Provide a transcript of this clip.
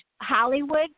Hollywood